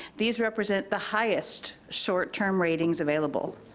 these represent the highest short-term ratings available.